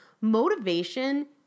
Motivation